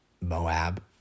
Moab